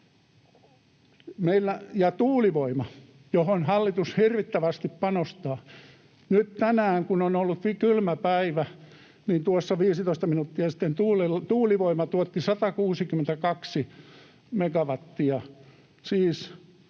tuulivoima, johon hallitus hirvittävästi panostaa: Nyt tänään, kun on ollut kylmä päivä, niin tuossa 15 minuuttia sitten tuulivoima tuotti 162 megawattia,